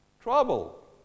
Trouble